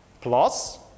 plus